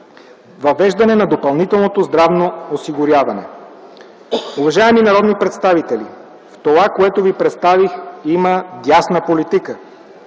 Въвеждане на допълнителното здравно осигуряване. Уважаеми народни представители, в това, което ви представих, има дясна политика.